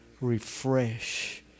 refresh